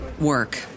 work